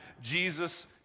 Jesus